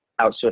outsource